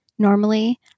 Normally